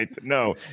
no